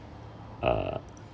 err